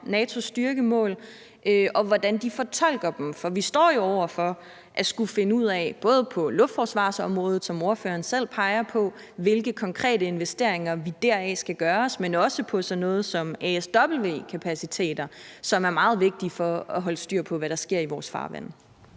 NATO's styrkemål, og hvordan de fortolker dem? For vi står jo over for at skulle finde ud af nogle ting, både på luftforsvarsområdet, som ordføreren selv peger på, i forhold til hvilke konkrete investeringer vi skal gøre der, men også i forhold til sådan noget som ASW-kapaciteter, som er meget vigtige for at holde styr på, hvad der sker i vores farvande.